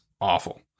awful